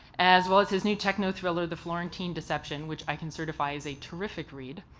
as well as his new techno thriller, the florentine deception, which i can certify is a terrific read.